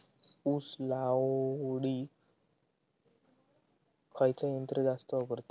ऊस लावडीक खयचा यंत्र जास्त वापरतत?